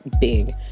big